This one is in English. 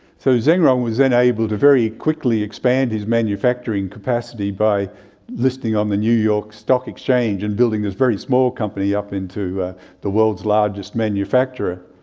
so zhengrong was then able to quickly expand his manufacturing capacity by listing on the new york stock exchange, and building his very small company up into ah the world's largest manufacturer.